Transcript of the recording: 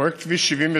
פרויקט כביש 77